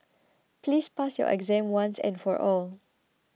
please pass your exam once and for all